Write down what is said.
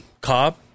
Cobb